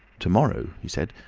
to-morrow? he said.